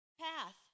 path